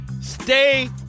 Stay